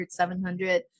700